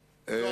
אם כי הבעיה,